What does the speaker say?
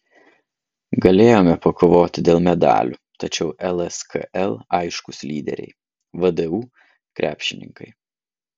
galėjome pakovoti dėl medalių tačiau lskl aiškūs lyderiai vdu krepšininkai